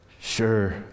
sure